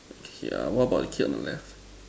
okay what about the kid on the left